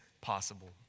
possible